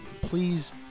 please